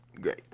great